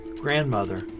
grandmother